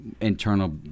internal